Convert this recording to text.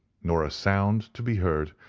nor a sound to be heard,